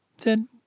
Then